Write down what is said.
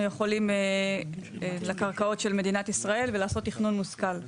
יכולים לקרקעות של מדינת ישראל ולעשות תכנון מושכל.